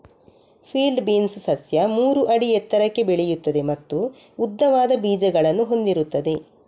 field beans ಸಸ್ಯ ಮೂರು ಅಡಿ ಎತ್ತರಕ್ಕೆ ಬೆಳೆಯುತ್ತದೆ ಮತ್ತು ಉದ್ದವಾದ ಬೀಜಗಳನ್ನು ಹೊಂದಿರುತ್ತದೆ